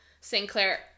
Sinclair